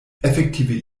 efektive